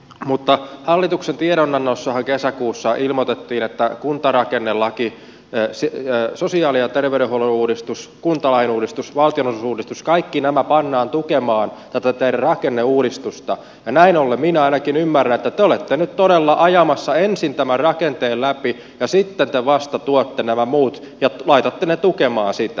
mutta hallituksen tiedonannossahan kesäkuussa ilmoitettiin että kuntarakennelaki sosiaali ja terveydenhuollon uudistus kuntalain uudistus valtionosuusuudistus kaikki nämä pannaan tukemaan tätä teidän rakenneuudistustanne ja näin ollen ainakin minä ymmärrän että te olette nyt todella ajamassa ensin tämän rakenteen läpi ja sitten te vasta tuotte nämä muut ja laitatte ne tukemaan sitä